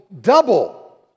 Double